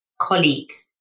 colleagues